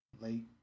late